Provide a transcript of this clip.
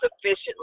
sufficiently